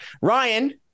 Ryan